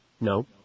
No